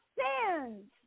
sins